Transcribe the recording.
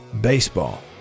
Baseball